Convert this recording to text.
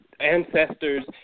Ancestors